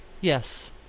Yes